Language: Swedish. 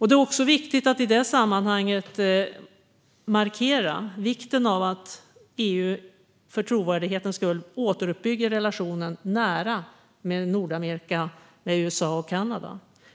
I det sammanhanget är det också viktigt att markera vikten av att EU för trovärdighetens skull återuppbygger en nära relation med Nordamerika, med USA och Kanada.